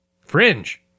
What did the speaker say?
fringe